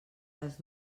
les